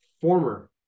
former